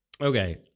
okay